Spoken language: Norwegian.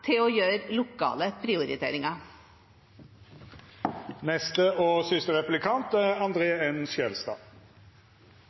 til å gjøre lokale prioriteringer. Det er